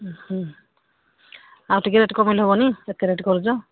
ଆଉ ଟିକେ ରେଟ୍ କମେଇଲେ ହବନି ଏତେ ରେଟ୍ କରୁଛ